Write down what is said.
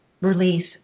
release